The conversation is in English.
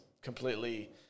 completely